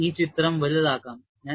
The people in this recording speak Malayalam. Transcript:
ഞാൻ ഈ ചിത്രം വലുതാക്കാം